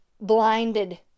blinded